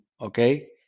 okay